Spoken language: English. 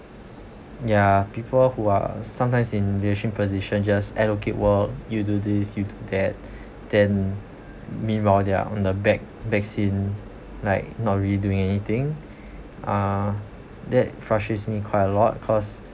ya people who are sometimes in leadership position just allocate work you do this you do that then meanwhile they are on the back backscene like not really doing anything uh that frustrates me quite a lot cause